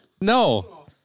No